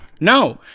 no